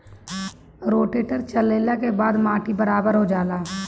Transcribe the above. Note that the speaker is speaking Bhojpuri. रोटेटर चलले के बाद माटी बराबर हो जाला